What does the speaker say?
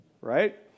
right